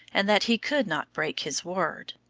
and that he could not break his word.